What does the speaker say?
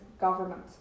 government